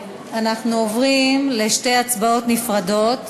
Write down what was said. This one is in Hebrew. אנחנו עוברים לשתי הצבעות נפרדות.